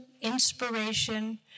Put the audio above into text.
inspiration